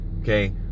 Okay